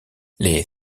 les